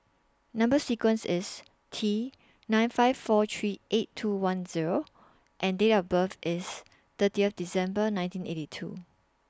Number sequence IS T nine five four three eight two one Zero and Date of birth IS thirtieth December nineteen eighty two